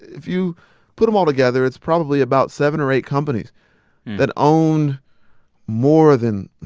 if you put them all together, it's probably about seven or eight companies that own more than,